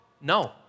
No